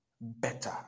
Better